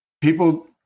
people